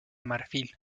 marfil